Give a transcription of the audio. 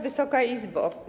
Wysoka Izbo!